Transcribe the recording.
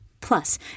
Plus